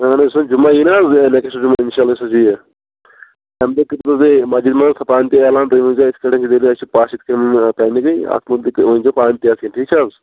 اَہَن حظ یُس حظ جَمعہ یِیہِ نا یُس نیٚکسٹ جُمعہ اِنشااللہ یُس حظ یِیہِ تَمہِ دۅہ کٔرۍ زیٚو تُہۍ مَسجد منٛز پانہٕ تہِ اعلان تُہۍ ؤنۍزیٚو یِتھٕ پٲٹھۍ اَسہِ چھُ پَش یِتھٕ کٔنۍ پینٛڈِنٛگٕے اَتھ مُتعلق ؤنۍزیٚو پانہٕ تہِ حظ ٹھیٖک چھا حظ